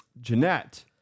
Jeanette